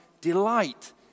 delight